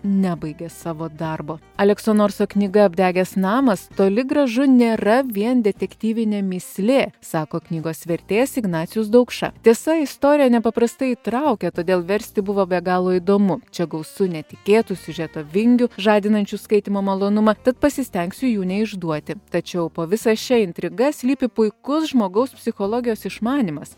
nebaigė savo darbo alekso norso knyga apdegęs namas toli gražu nėra vien detektyvinė mįslė sako knygos vertėjas ignacijus daukša tiesa istorija nepaprastai įtraukia todėl versti buvo be galo įdomu čia gausu netikėtų siužeto vingių žadinančių skaitymo malonumą tad pasistengsiu jų neišduoti tačiau po visa šia intriga slypi puikus žmogaus psichologijos išmanymas